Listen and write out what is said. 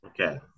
Okay